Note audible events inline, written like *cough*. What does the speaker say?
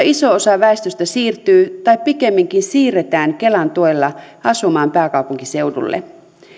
*unintelligible* iso osa väestöstä siirtyy tai pikemminkin siirretään kelan tuella asumaan pääkaupunkiseudulle